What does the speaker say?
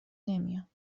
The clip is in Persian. نمیام